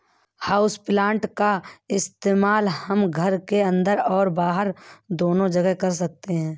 houseplant का इस्तेमाल हम घर के अंदर और बाहर दोनों जगह कर सकते हैं